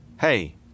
Hey